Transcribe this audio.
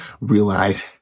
realize